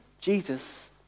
Jesus